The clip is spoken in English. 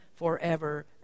Forever